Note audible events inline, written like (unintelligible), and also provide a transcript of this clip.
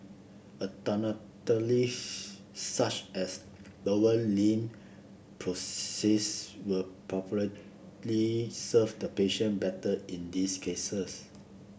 (unintelligible) such as lower limb prosthesis will probably serve the patient better in these cases